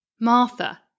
Martha